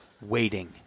waiting